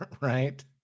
Right